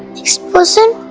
next person?